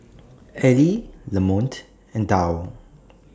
Aili Lamonte and Dow